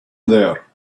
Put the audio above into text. there